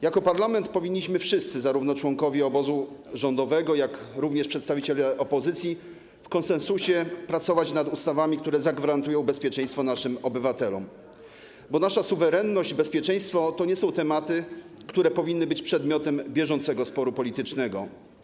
Jako parlament powinniśmy wszyscy, zarówno członkowie obozu rządowego, jak i przedstawiciele opozycji, w konsensusie pracować nad ustawami, które zagwarantują bezpieczeństwo naszym obywatelom, bo nasza suwerenność i bezpieczeństwo to nie są tematy, które powinny być przedmiotem bieżącego sporu politycznego.